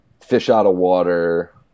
fish-out-of-water